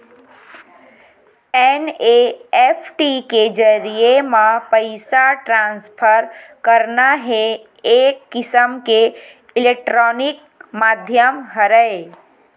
NEFT के जरिए म पइसा ट्रांसफर करना ह एक किसम के इलेक्टानिक माधियम हरय